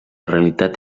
realitat